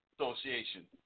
Association